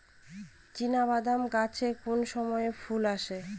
চিনাবাদাম গাছে কোন সময়ে ফুল আসে?